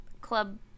Club